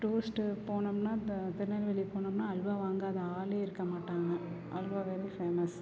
tourist போனோம்னால் இந்த திருநெல்வேலி போனோம்னால் அல்வா வாங்காத ஆளே இருக்க மாட்டாங்க அல்வா வெரி ஃபேமஸ்